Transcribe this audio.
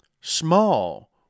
small